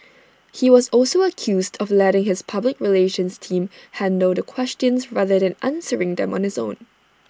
he was also accused of letting his public relations team handle the questions rather than answering them on his own